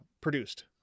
produced